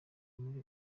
muri